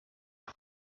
arc